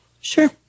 Sure